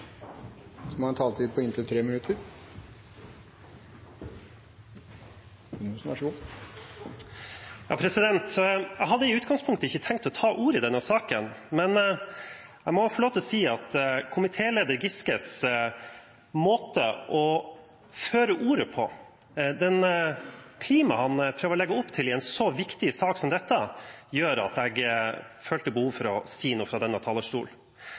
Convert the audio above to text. Jeg hadde i utgangspunktet ikke tenkt å ta ordet i denne saken, men jeg må få lov til å si at komitéleder Giskes måte å føre ordet på, det klimaet han prøver å legge opp til i en så viktig sak som dette, gjør at jeg følte behov for å si noe fra denne